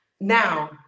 Now